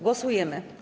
Głosujemy.